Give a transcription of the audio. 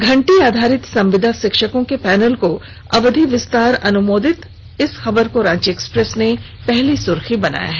घंटी आधारित संविदा शिक्षकों के पैनल को अवधि विस्तार अनुमोदित इस खबर को रांची एक्सप्रेस ने पहली सुर्खी बनाई है